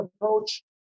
approach